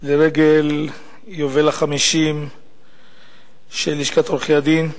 לרגל יובל ה-50 של לשכת עורכי-הדין.